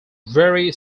very